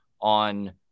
on